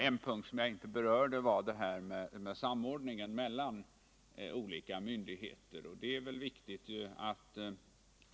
En punkt som jag inte berörde var frågan om samordningen mellan olika myndigheter.